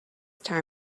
time